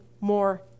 more